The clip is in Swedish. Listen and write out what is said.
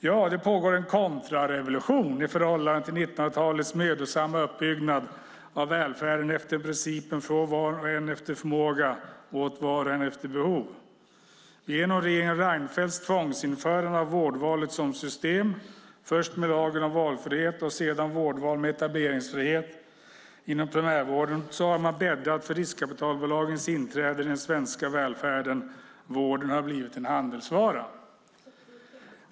Ja, det pågår en kontrarevolution i förhållande till 1900-talets mödosamma uppbyggnad av välfärden efter principen från var och en efter förmåga åt var och en efter behov. Genom regeringen Reinfeldts tvångsinförande av vårdvalet som system, först genom lagen om valfrihet och sedan genom vårdval med etableringsfrihet inom primärvården, har man bäddat för riskkapitalbolagens inträde i den svenska välfärden. Vården har blivit en handelsvara.